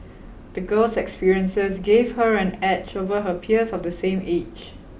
the girl's experiences gave her an edge over her peers of the same age